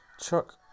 chuck